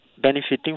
benefiting